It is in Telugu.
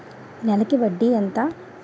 నెలకి వడ్డీ ఎంత?